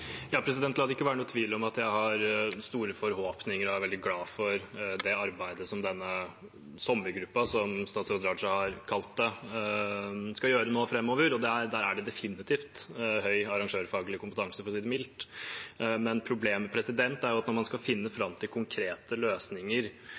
La det ikke være noen tvil om at jeg har store forhåpninger til og er veldig glad for det arbeidet som denne «sommergruppen», som statsråd Raja har kalt det, skal gjøre nå framover. Der er det definitivt høy arrangørfaglig kompetanse, for å si det mildt. Problemet er at når man skal finne